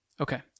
Okay